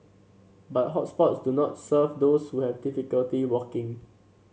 but hot spots do not serve those who have difficulty walking